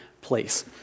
place